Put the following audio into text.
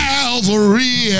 Calvary